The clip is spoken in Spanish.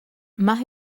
más